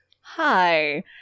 Hi